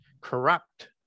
corrupt